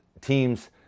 teams